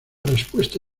respuesta